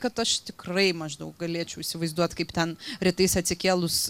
kad aš tikrai maždaug galėčiau įsivaizduot kaip ten rytais atsikėlus